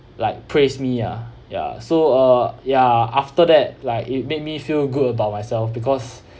like praise me ah ya so uh ya after that like it made me feel good about myself because